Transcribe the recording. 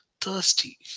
thirsty